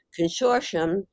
consortium